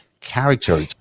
character